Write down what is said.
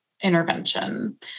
intervention